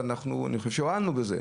ואני חושב שהועלנו בזה,